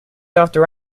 after